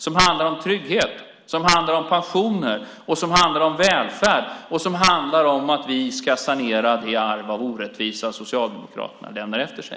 Det handlar om trygghet, pensioner och välfärd och att vi ska sanera det arv av orättvisa som Socialdemokraterna lämnade efter sig.